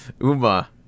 Uma